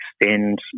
extend